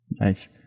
Nice